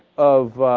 of